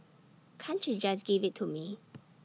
can't you just give IT to me